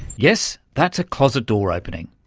yes, that's a closet door opening.